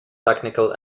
technical